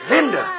Linda